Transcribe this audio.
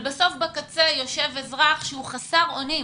הכי טוב מראה עיניים.